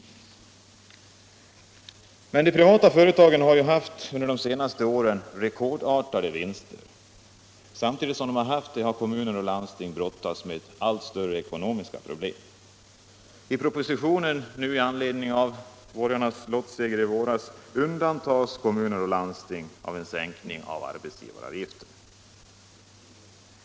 De privata företagen har under de senaste åren haft rekordartade vinster. Samtidigt som de haft det har kommuner och landsting brottats med allt större ekonomiska problem. Propositionen i anledning av borgarnas lottseger i våras undantar kommuner och landsting från en sänkning av arbetsgivaravgiften.